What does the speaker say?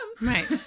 Right